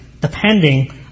depending